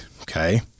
okay